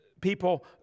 people